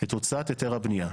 את הוצאת היתר הבנייה.